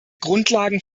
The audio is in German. grundlagen